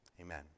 amen